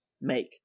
make